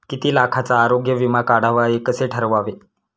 किती लाखाचा आरोग्य विमा काढावा हे कसे ठरवावे?